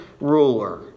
ruler